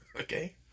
Okay